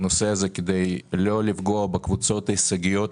בנושא הזה כדי לא לפגוע בקבוצות הישגיות,